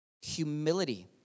humility